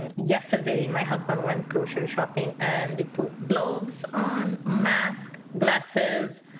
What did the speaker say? and yesterday my husband went grocery shopping and they put gloves on, mask, glasses,